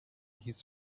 his